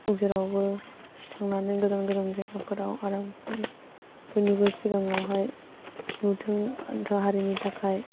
जेरावबो थांनानै गोजान गोजान जायगाफोराव आरामसे बयनिबो सिगाङावहाय नुथों आलदा हारिनि थाखाय